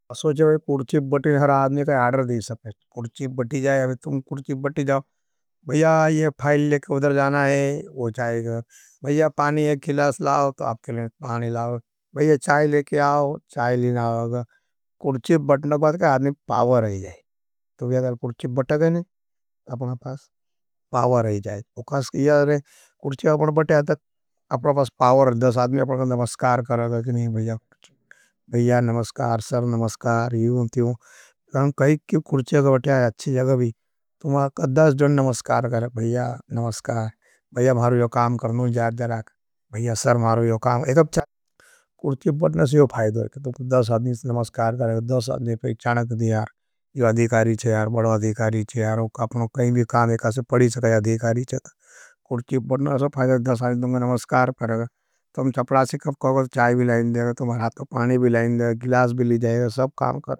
असो छे के भाई कुर्छी बटी जाए, अब तुम कुर्छी बटी जाओ, भाईया ये फाईल लेक वदर जाना है, वो चाहेगा। भाईया पानी एक हिलस लाओ, तो आपके लिए पानी लाओ। भाईया चाई लेक आओ, चाई लेना आगा। कुर्छी बटने के बाद आदमी पावर आई जाए, तो भाईया अगर कुर्छी बटने के बाद अपना पास पावा रही जाए। कुर्छी बटने के बाद अपना पास पावा रही जाए, तो भाईया अगर कुर्छी बटने के बाद अपना पास पावा रही जाए। कुर्छी बटने के बाद अपना पावा रही जाए, तो भाईया अगर कुर्छी बटने के बाद अपना पावा रही जाए। कूर्चि पर बैठने को यू फायदा है, तुम चपरासी को कहोगे चाय भी लाएगा, पानी भी लाएगा, सब काम।